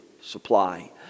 supply